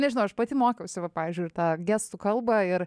nežinau aš pati mokiausi va pavyzdžiui ir tą gestų kalbą ir